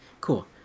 cool